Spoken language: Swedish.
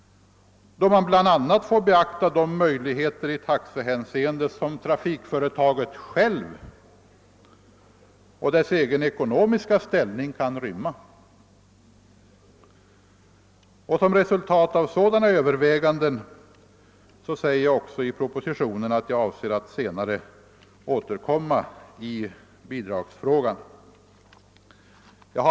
Då får man bl.a. beakta de möjligheter i taxehänseende som =<:<trafikföretaget självt och dess ekonomiska ställning kan rymma. Jag har också i propositionen skrivit att jag efter sådana överväganden avser att återkomma i bidragsfrågan.